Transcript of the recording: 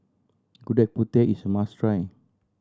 Gudeg Putih is a must try